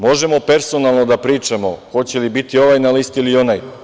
Možemo personalno da pričamo hoće li biti ovaj na listi ili onaj.